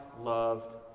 loved